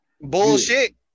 Bullshit